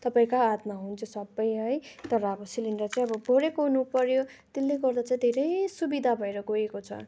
तपाईँकै हातमा हुन्छ सबै है तर अब सिलिन्डर चाहिँ अब भरेको हुनु पर्यो त्यसले गर्दा चाहिँ धेरै सुविधा भएर गएको छ